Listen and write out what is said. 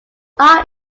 our